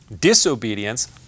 disobedience